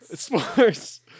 Sports